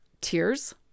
tears